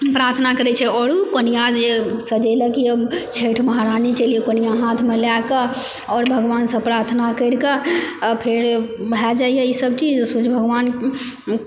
प्रार्थना करै छै आओर कोनिया जे सजेलक यऽ छठि महारानीके लिए कोनिया हाथमे लए कऽ आओर भगवानसँ प्रार्थना करि कऽ फेर भए जाइया ई सब चीज सूर्ज भगवान